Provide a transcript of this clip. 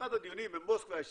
ובאחד הדיונים במוסקבה,